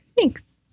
Thanks